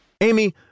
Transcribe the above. amy